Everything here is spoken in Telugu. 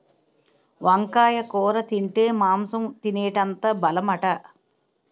వంకాయ కూర తింటే మాంసం తినేటంత బలమట